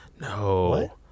No